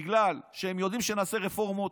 בגלל שהם יודעים שנעשה רפורמות,